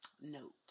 note